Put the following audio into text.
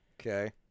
Okay